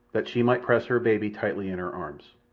that she might press her baby tightly in her arms.